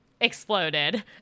exploded